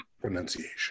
pronunciation